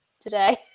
today